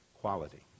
Quality